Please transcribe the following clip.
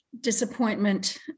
disappointment